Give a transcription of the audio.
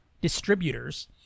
distributors